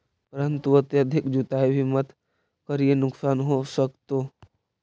परंतु अत्यधिक जुताई भी मत करियह नुकसान हो सकतो